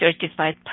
certified